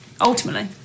ultimately